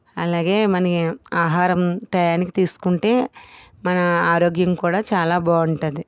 అలాగే మన ఆహారం టయానికి తీసుకుంటే మన ఆరోగ్యం కూడా చాలా బాగుంటుంది